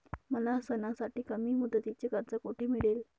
मला सणासाठी कमी मुदतीचे कर्ज कोठे मिळेल?